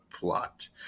plot